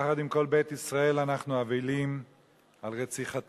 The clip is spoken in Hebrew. יחד עם כל בית ישראל אנחנו אבלים על רציחתם